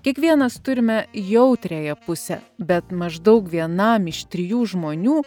kiekvienas turime jautriąją pusę bet maždaug vienam iš trijų žmonių